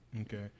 Okay